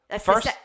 first –